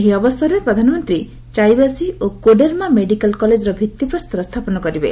ଏହି ଅବସରରେ ପ୍ରଧାନମନ୍ତ୍ରୀ ଚାଇବାସୀ ଓ କୋଡେର୍ମା ମେଡିକାଲ କଲେଜର ଭିତ୍ତିପ୍ରସ୍ତର ସ୍ଥାପନ କରିବେ